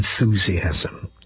enthusiasm